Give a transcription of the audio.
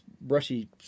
brushy